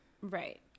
right